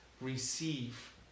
receive